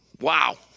Wow